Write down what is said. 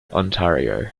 ontario